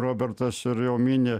robertas ir jau mini